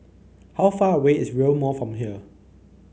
how far away is Rail Mall from here